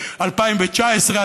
2019,